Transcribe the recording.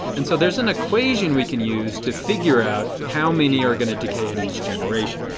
and so there is an equation we can use to figure out how many are going to decay at each generation.